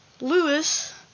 Lewis